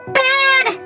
bad